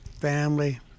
family